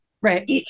Right